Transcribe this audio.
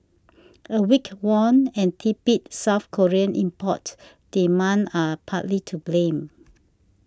a weak won and tepid South Korean import demand are partly to blame